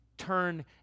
turn